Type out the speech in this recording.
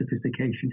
sophistication